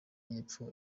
y’epfo